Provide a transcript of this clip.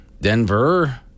Denver